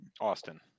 Austin